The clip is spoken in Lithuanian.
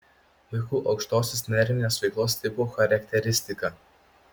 vaikų aukštosios nervinės veiklos tipų charakteristika